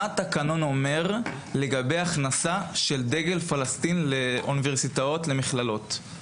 מה התקנון אומר לגבי הכנסה של דגל פלסטין לאוניברסיטאות ומכללות?